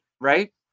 right